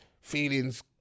feelings